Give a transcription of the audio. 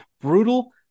brutal